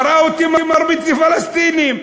מראה אותי מרביץ לפלסטינים.